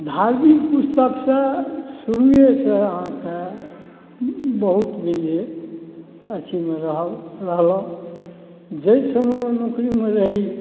धार्मिक पुस्तकसँ शुरूएसँ अहाँके बहुत बुझियो अथीमे रहलहुँ जाहि समय नौकरीमे रही